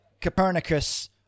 Copernicus